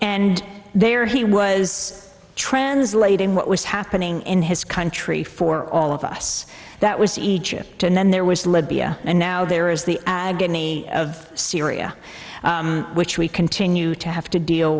and there he was translating what was happening in his country for all of us that was egypt and then there was libya and now there is the agony of syria which we continue to have to deal